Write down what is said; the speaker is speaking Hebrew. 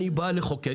אני בא לחוקק,